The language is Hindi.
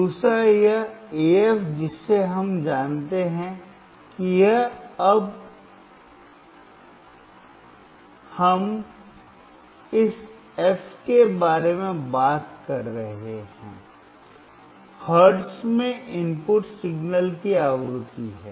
दूसरा यह AF जिसे हम जानते हैं कि अब हम इस F के बारे में बात कर रहे हैं हर्ट्ज में इनपुट सिग्नल की आवृत्ति है